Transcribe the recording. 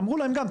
אמרו להם גם,